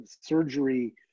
surgery